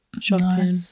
shopping